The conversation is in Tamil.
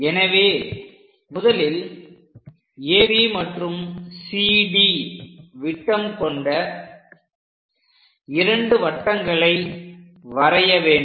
எனவே முதலில் AB மற்றும் CD விட்டம் கொண்ட இரண்டு வட்டங்களை வரைய வேண்டும்